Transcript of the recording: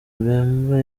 bemba